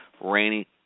rainy